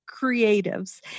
creatives